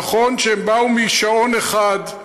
נכון שהם באו משעון אחד,